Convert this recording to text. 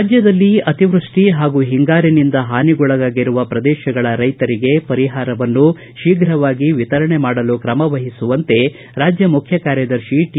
ರಾಜ್ಯದಲ್ಲಿ ಅತಿವೃಷ್ಟಿ ಹಾಗೂ ಹಿಂಗಾರಿನಿಂದ ಪಾನಿಗೊಳಗಾಗಿರುವ ಪ್ರದೇಶಗಳ ರೈತರಿಗೆ ಪರಿಹಾರವನ್ನು ಶೀಘವಾಗಿ ವಿತರಣೆ ಮಾಡಲು ಕ್ರಮವಹಿಸುವಂತೆ ರಾಜ್ಯ ಮುಖ್ಯ ಕಾರ್ಯದರ್ಶಿ ಟಿ